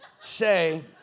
say